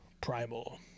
primal